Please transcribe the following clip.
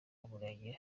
w’umurenge